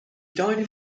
died